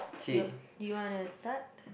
ya you wanna start